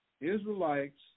Israelites